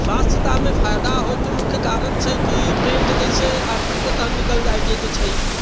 स्वास्थ्यतामे फायदा होइके मुख्य कारण छै कि पेट जैसे आदमीके तखन निकलि जाइ छै जे छै